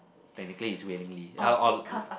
technically is willingly ya or l~